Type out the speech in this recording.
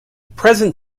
present